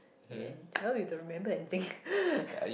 and now you don't remember anything